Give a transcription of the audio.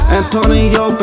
Antonio